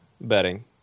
betting